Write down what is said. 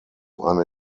eine